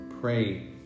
pray